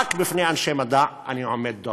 רק בפני אנשי מדע, אני עומד דום.